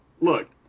look